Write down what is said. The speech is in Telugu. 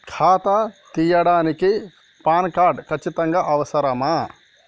ఖాతా తీయడానికి ప్యాన్ కార్డు ఖచ్చితంగా అవసరమా?